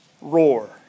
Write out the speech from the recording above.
roar